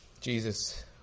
Jesus